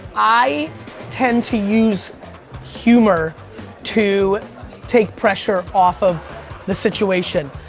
i tend to use humor to take pressure off of the situation.